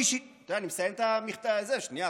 אני מסיים את המכתב, שנייה.